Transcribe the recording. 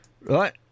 right